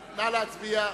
להצביע.